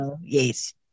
Yes